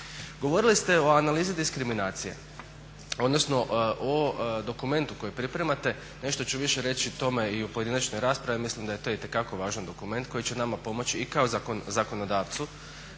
Govorili ste o analizi diskriminacije, odnosno o dokumentu koji pripremate. Nešto ću više reći o tome i u pojedinačnoj raspravi, mislim da je to itekako važan dokument koji će nama pomoći i kao zakonodavcu,